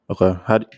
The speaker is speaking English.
Okay